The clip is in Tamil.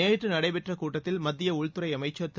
நேற்று நடைபெற்ற கூட்டத்தில் மத்திய உள்துறை அமைச்சர் திரு